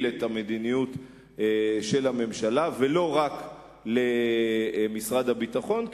את המדיניות של הממשלה ולא רק למשרד הביטחון.